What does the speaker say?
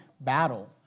battle